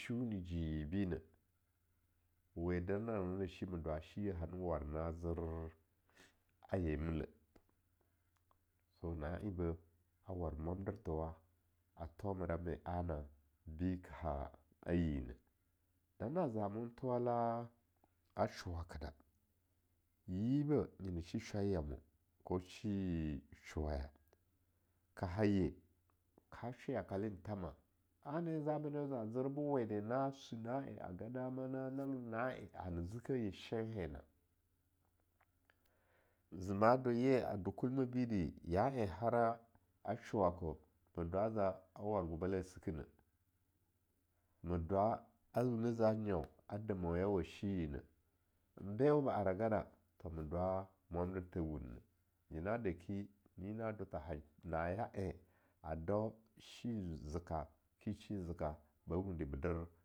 Shiuni jiyi bine, wede nama dwa shiye hana war na zer - aye mille, so na en bi hano war mwamderthowa a thomarame anabi ba ha a yi neh. Damna zamon thowara ashuwake da yibeh nyina shi shwoiyamo, ko shi showaya, ka haye ka sho yaka len thama ane en zamanewa za zer bo wede na su na'anye a ga dama na nangen na en hane zikeh ye shenhen na zema do ye a do kulmeh bidi ya en a hara shuwaka, ma dwa a wune za nyaun ade manya wa ashiyi neh, n bewo ba aragara ma dwa mwandertha wunneh, nyena deki nyina do tha ha naya en a dau shi zika ke shi zika ba wundi be der.